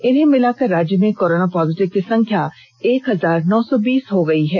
इनको मिलाकर राज्य में कोरोना पॉजिटिव की संख्या एक हजार नौ सौ बीस पहुंच गई है